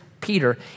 Peter